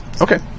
Okay